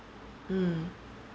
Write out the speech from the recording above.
mm